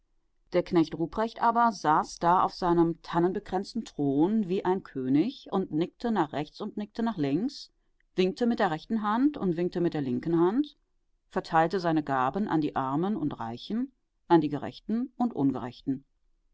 der knecht ruprecht aber saß da auf seinem tannenbekränzten thron wie ein könig und nickte nach rechts und nickte nach links winkte mit der rechten hand und winkte mit der linken hand verteilte seine gaben an die armen und reichen an die gerechten und ungerechten